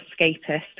escapist